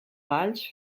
balls